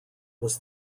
was